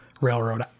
railroad